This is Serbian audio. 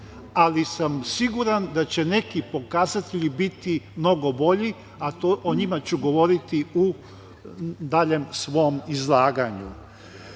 ali sam siguran da će neki pokazatelji biti mnogo bolji, a o njima ću govoriti u daljem svom izlaganju. Znate,